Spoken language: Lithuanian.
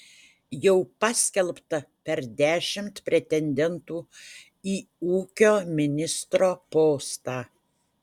jau paskelbta per dešimt pretendentų į ūkio ministro postą